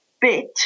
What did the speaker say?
bit